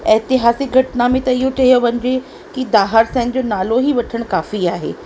ऐतिहासिक घटना में त इहो कयो वञे की दहाड़ सन जो नालो हीअ वठण काफ़ी आहे